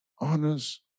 honors